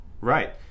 Right